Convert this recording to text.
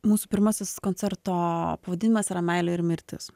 mūsų pirmasis koncerto pavadinimas yra meilė ir mirtis